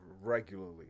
regularly